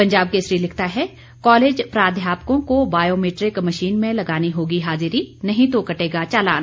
पंजाब केसरी लिखता है कॉलेज प्राध्यापकों को बायोमीट्रिक मशीन में लगानी होगी हाजिरी नहीं तो कटेगा चालान